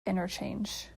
interchange